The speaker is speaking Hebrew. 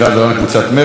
להלן: קבוצת סיעת מרצ.